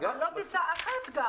אבל לא טיסה אחת.